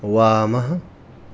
वामः